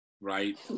right